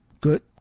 Good